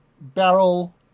barrel